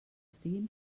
estiguin